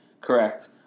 Correct